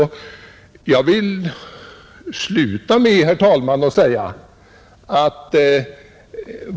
Herr talman!